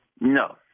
No